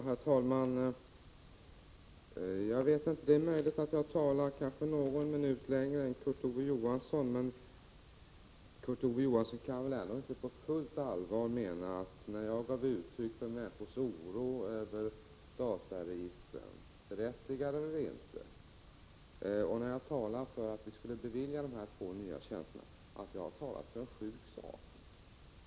Herr talman! Det är möjligt att jag talade någon minut längre än Kurt Ove Johansson. Men Kurt Ove Johansson kan väl ändå inte på fullt allvar mena att jag, när jag gav uttryck för människors oro över dataregistren — berättigad eller inte — och när jag talade för att vi skulle bevilja de här två nya tjänsterna, talade för en sjuk sak.